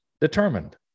determined